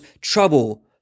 trouble